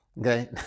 Okay